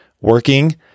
working